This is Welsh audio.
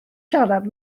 siarad